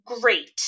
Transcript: Great